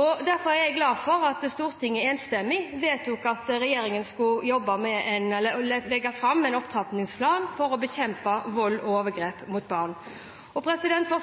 og derfor er jeg glad for at Stortinget enstemmig vedtok at regjeringen skulle legge fram en opptrappingsplan for å bekjempe vold og overgrep mot barn. For